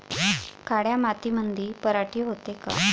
काळ्या मातीमंदी पराटी होते का?